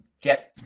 get